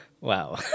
wow